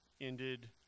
ended